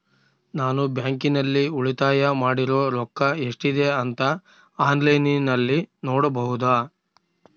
ನಾನು ಬ್ಯಾಂಕಿನಲ್ಲಿ ಉಳಿತಾಯ ಮಾಡಿರೋ ರೊಕ್ಕ ಎಷ್ಟಿದೆ ಅಂತಾ ಆನ್ಲೈನಿನಲ್ಲಿ ನೋಡಬಹುದಾ?